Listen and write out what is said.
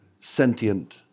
sentient